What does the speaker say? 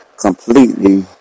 completely